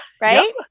right